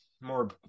more